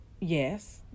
Yes